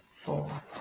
four